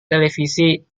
televisi